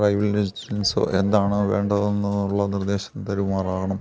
driving ലൈസൻസോ എന്താണ് വേണ്ടത് എന്നുള്ള നിർദ്ദേശം തരുമാറാകണം